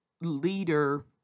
leader